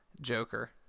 joker